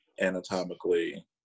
anatomically